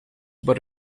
but